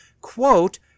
quote